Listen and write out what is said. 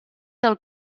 del